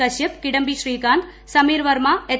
Kashyap Kidambi Srikanth Sameer Verma H